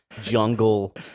jungle